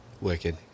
Wicked